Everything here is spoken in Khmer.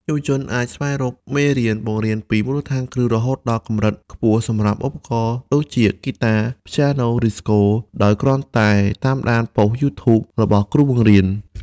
យុវជនអាចស្វែងរកមេរៀនបង្រៀនពីមូលដ្ឋានគ្រឹះរហូតដល់កម្រិតខ្ពស់សម្រាប់ឧបករណ៍ដូចជា ហ្គីតា ព្យាណូ ឬស្គរ ដោយគ្រាន់តែតាមដានប៉ុស្តិ៍ YouTube របស់គ្រូបង្រៀន។